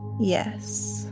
yes